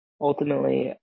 Ultimately